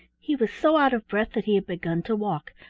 he was so out of breath that he had begun to walk,